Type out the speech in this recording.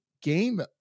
game